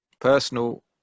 personal